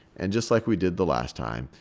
and just like we did the last time,